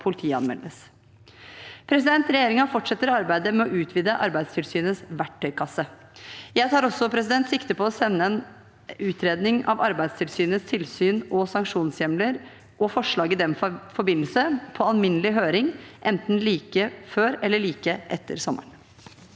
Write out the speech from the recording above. politianmeldes. Regjeringen fortsetter arbeidet med å utvide Arbeidstilsynets verktøykasse. Jeg tar også sikte på å sende en utredning av Arbeidstilsynets tilsyn og sanksjonshjemler og forslag i den forbindelse på alminnelig høring, enten like før eller like etter sommeren.